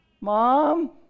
Mom